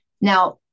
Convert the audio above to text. Now